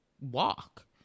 walk